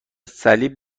صلیب